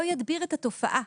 לא ידביר את התופעה.